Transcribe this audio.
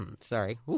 Sorry